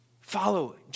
follow